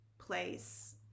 place